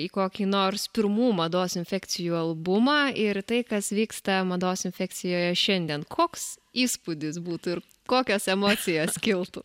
į kokį nors pirmų mados infekcijų albumą ir tai kas vyksta mados infekcijoje šiandien koks įspūdis būtų ir kokios emocijos kiltų